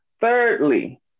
Thirdly